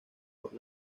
por